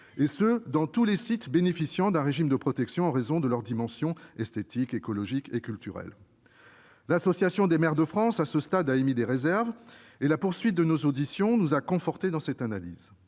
et ce dans tous les sites bénéficiant d'un régime de protection en raison de leur dimension esthétique, écologique et culturelle. L'Association des maires de France et des présidents d'intercommunalité (AMF) a émis des réserves, et la poursuite de nos auditions nous a confortés dans cette analyse.